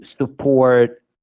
support